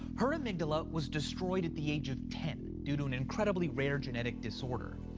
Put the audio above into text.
her amygdala was destroyed at the age of ten due to an incredibly rare genetic disorder.